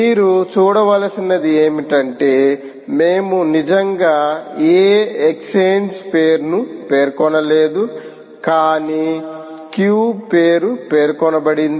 మీరు చూడవలసినది ఏమిటంటే మేము నిజంగా ఏ ఎక్స్ఛేంజ్ పేరును పేర్కొనలేదు కానీ క్యూ పేరు పేర్కొనబడింది